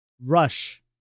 Rush